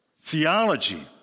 theology